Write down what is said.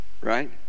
right